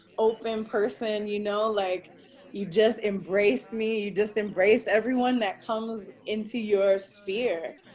open person, you know, like you just embraced me. you just embrace everyone that comes into your sphere.